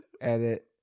edit